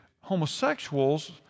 homosexuals